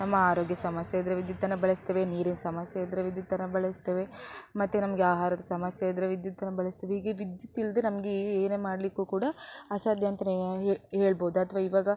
ನಮ್ಮ ಆರೋಗ್ಯ ಸಮಸ್ಯೆ ಇದ್ದರೆ ವಿದ್ಯುತ್ತನ್ನು ಬಳಸ್ತೇವೆ ನೀರಿನ ಸಮಸ್ಯೆ ಇದ್ದರೆ ವಿದ್ಯುತ್ತನ್ನು ಬಳಸ್ತೇವೆ ಮತ್ತು ನಮಗೆ ಆಹಾರದ ಸಮಸ್ಯೆ ಇದ್ದರೆ ವಿದ್ಯುತ್ತನ್ನು ಬಳಸ್ತೇವೆ ಹೀಗೆ ವಿದ್ಯುತ್ತಿಲ್ಲದೇ ನಮಗೆ ಏನೇ ಮಾಡಲಿಕ್ಕೂ ಕೂಡ ಅಸಾಧ್ಯ ಅಂತಲೇ ಹೇಳ್ಬವ್ದು ಅಥವಾ ಇವಾಗ